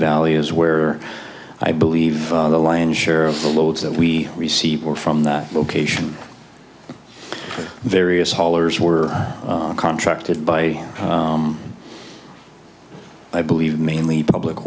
valley is where i believe the lion's share of the loads that we received were from that location various haulers were contracted by i believe mainly public